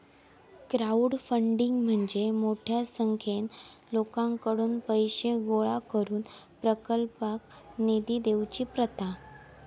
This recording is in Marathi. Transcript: क्राउडफंडिंग म्हणजे मोठ्या संख्येन लोकांकडुन पैशे गोळा करून प्रकल्पाक निधी देवची प्रथा